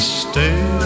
stay